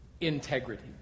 Integrity